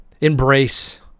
Embrace